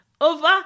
Over